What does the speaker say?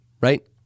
Right